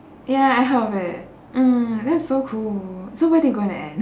ya I heard of it mm that's so cool so where did you go in the end